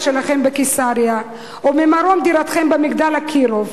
שלכם בקיסריה או ממרום דירתכם ב"מגדלי אקירוב",